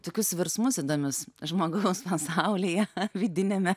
tokius virsmus įdomius žmogaus pasaulyje vidiniame